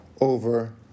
over